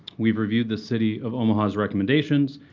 we've reviewed the city of omaha's recommendations.